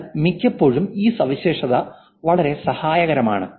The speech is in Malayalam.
എന്നാൽ മിക്കപ്പോഴും ഈ സവിശേഷത വളരെ സഹായകരമാണ്